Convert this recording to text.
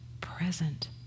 present